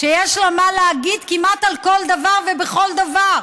שיש לה מה להגיד כמעט על כל דבר ובכל דבר.